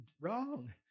wrong